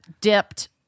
dipped